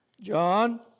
John